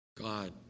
God